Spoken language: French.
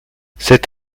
cet